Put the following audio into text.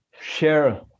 share